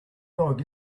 dog